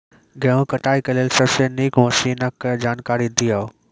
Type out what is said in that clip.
गेहूँ कटाई के लेल सबसे नीक मसीनऽक जानकारी दियो?